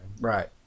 Right